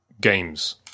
games